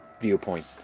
viewpoint